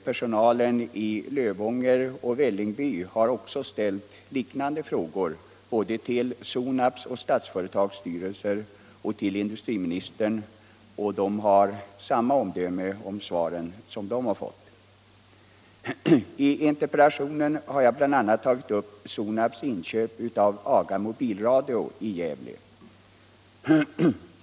Personalen i Lövånger och Vällingby har ställt liknande frågor både till Sonabs och Statsföretags styrelser och till industriministern, och personalen har samma omdöme om de svar som man då har fått. Jag har i min interpellation bl.a. tagit upp Sonabs inköp av AGA Mobilradio i Gävle.